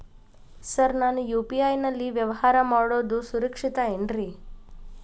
Sir ನಾನು UPI ನಲ್ಲಿ ವ್ಯವಹಾರ ಮಾಡೋದು ಸುರಕ್ಷಿತ ಏನ್ರಿ?